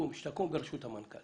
שתקום בראשות המנכ"ל,